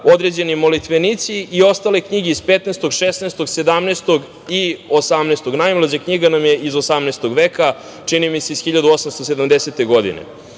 određeni molitvenici i ostale knjige iz 15. 16. 17. i 18. veka. Najmlađa knjiga nam je iz 18. veka, čini mi se iz 1870. godine. Sa